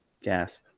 gasp